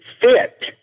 fit